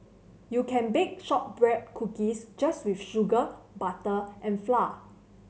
you can bake shortbread cookies just with sugar butter and flour